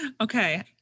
Okay